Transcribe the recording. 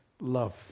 love